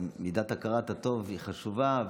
מידת הכרת הטוב היא חשובה,